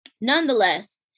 nonetheless